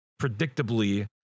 predictably